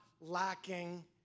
lacking